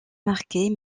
marqués